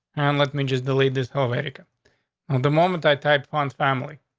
and let me just delete this whole american the moment i type pond's family.